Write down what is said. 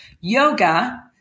yoga